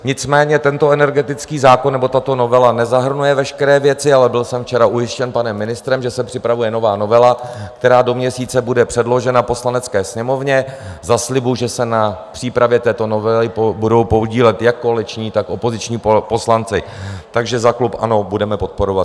Nicméně tento energetický zákon, nebo tato novela, nezahrnuje veškeré věci, ale byl jsem včera ujištěn panem ministrem, že se připravuje nová novela, která do měsíce bude předložena Poslanecké sněmovně za slibu, že se na přípravě této novely budou podílet jak koaliční, tak opoziční poslanci, takže za klub ANO ho budeme podporovat.